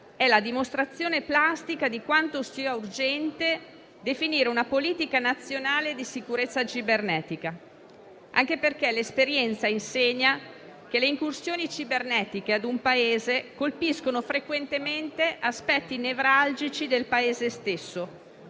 è la dimostrazione plastica di quanto sia urgente definire una politica nazionale di sicurezza cibernetica, anche perché l'esperienza insegna che le incursioni cibernetiche ad un Paese colpiscono frequentemente aspetti nevralgici del Paese stesso